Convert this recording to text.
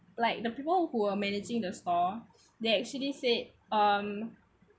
like the people who were managing the store they actually said um